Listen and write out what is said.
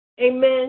Amen